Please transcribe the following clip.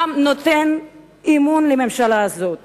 העם נותן אמון בממשלה הזאת